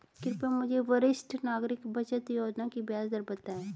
कृपया मुझे वरिष्ठ नागरिक बचत योजना की ब्याज दर बताएं